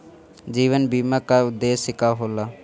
जीवन बीमा का उदेस्य का होला?